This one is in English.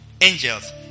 angels